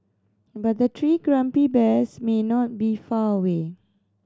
but the three grumpy bears may not be far away